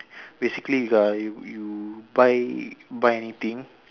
basically uh you y~ you buy buy anything